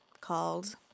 called